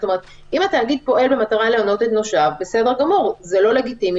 אם התאגיד פועל במטרה להונות את נושיו זה לא לגיטימי